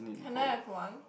can I have one